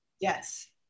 Yes